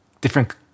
different